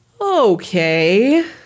Okay